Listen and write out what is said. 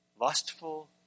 lustful